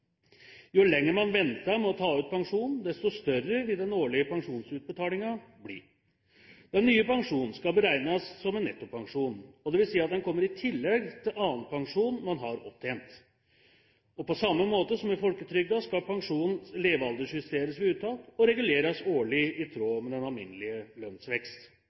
Jo lenger man venter med å ta ut pensjonen, desto større vil den årlige pensjonsutbetalingen bli. Den nye pensjonen skal beregnes som en nettopensjon, dvs. at den kommer i tillegg til annen pensjon man har opptjent. På samme måte som i folketrygden skal pensjonen levealderjusteres ved uttak og reguleres årlig i tråd med den alminnelige